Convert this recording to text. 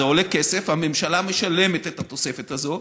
זה עולה כסף, הממשלה משלמת את התוספת הזאת.